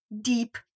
deep